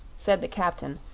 said the captain,